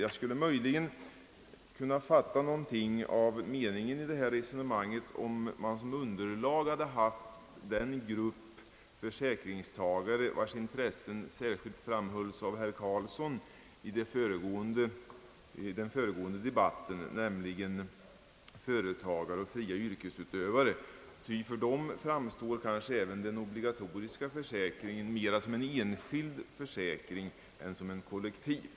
Jag skulle möjligen kunna fatta någonting av meningen i resonemanget, om man som underlag hade haft den grupp försäkringstagare vars intressen särskilt framhölls av herr Carlsson i den föregående debatten, nämligen företagare och fria yrkesutövare, ty för dem framstår kanske även den obligatoriska försäkringen mera som en enskild försäkring än som en kollektiv.